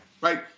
right